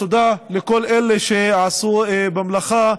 אז תודה לכל אלה שעשו במלאכה.